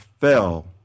fell